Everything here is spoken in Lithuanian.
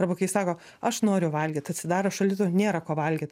arba kai sako aš noriu valgyt atsidaro šaldytuvo nėra ko valgyt